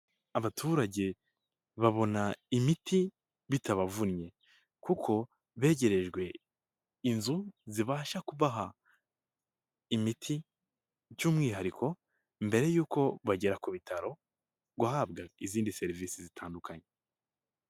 Abaturage babona imiti bitabavunnye kuko begerejwe inzu zibasha kubaha imiti by'umwihariko mbere y'uko bagera ku bitaro guhabwa izindi serivisi zitandukanye.